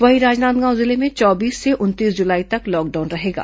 वहीं राजनादगांव जिले में चौबीस से उनतीस जुलाई तक लॉकडाउन रहेगा